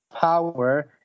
power